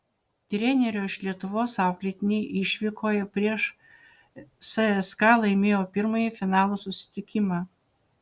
trenerio iš lietuvos auklėtiniai išvykoje prieš cska laimėjo pirmąjį finalo susitikimą